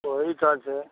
ओहिठाम छै